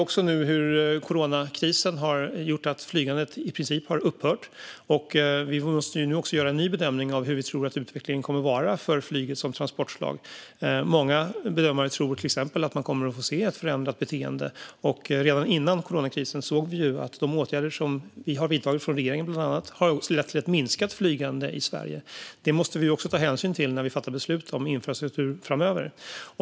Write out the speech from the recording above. Coronakrisen har gjort att flygandet i princip har upphört. Vi måste göra en ny bedömning av hur vi tror att utvecklingen kommer att bli för flyget som transportslag. Många bedömare tror att vi kommer att se ett förändrat beteende. Redan före coronakrisen såg vi att de åtgärder som bland annat regeringen har vidtagit har lett till ett minskat flygande i Sverige. Det måste vi också ta hänsyn till när vi fattar beslut om infrastruktur framöver.